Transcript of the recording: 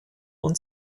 und